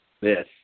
Yes